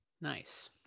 nice